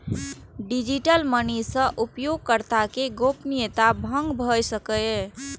digital money सं उपयोगकर्ता के गोपनीयता भंग भए सकैए